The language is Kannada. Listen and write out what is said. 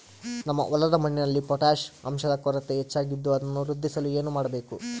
ನಮ್ಮ ಹೊಲದ ಮಣ್ಣಿನಲ್ಲಿ ಪೊಟ್ಯಾಷ್ ಅಂಶದ ಕೊರತೆ ಹೆಚ್ಚಾಗಿದ್ದು ಅದನ್ನು ವೃದ್ಧಿಸಲು ಏನು ಮಾಡಬೇಕು?